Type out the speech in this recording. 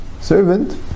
servant